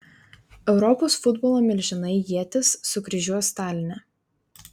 europos futbolo milžinai ietis sukryžiuos taline